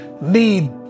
need